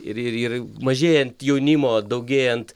ir ir ir mažėjant jaunimo daugėjant